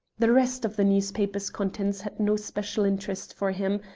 the rest of the newspaper's contents had no special interest for him,